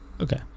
okay